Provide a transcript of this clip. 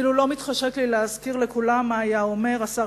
אפילו לא מתחשק לי להזכיר לכולם מה היה אומר השר